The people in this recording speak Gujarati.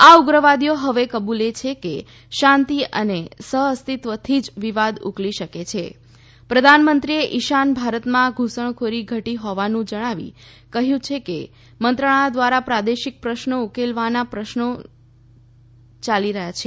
આ ઉગ્રવાદીઓ હવે કબુલે છે કે શાંતિ અને સહઅસ્તિત્વથી જ વિવાદ ઉકલી શકે છે પ્રધાનમત્રીએ ઇશાન ભારતમાં ધુસણખોરી ઘટી હોવાનું જણાવી કહ્યું કે મંત્રણા દ્વારા પ્રાદેશિક પશ્નો ઉકેલવાના પ્રયત્નો યાલી રહ્યા છે